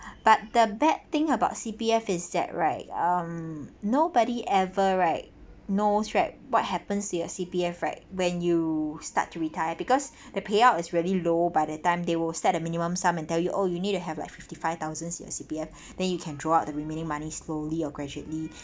but the bad thing about C_P_F is that right um nobody ever right knows right what happens to your C_P_F right when you start to retire because the payout is really low by the time they will start a minimum sum and tell you all you need to have like fifty five thousands in your C_P_F then you can draw out the remaining money slowly or gradually